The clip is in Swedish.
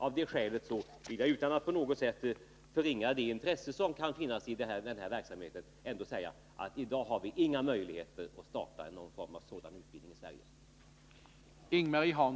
Av det skälet vill jag, utan att på något sätt förringa det intresse som kan finnas för den här verksamheten, ändå säga att i dag har vi inga möjligheter att starta någon form av sådan utbildning i Sverige.